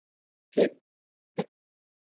ठीक हाँ